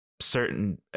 certain